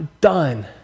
done